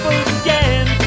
again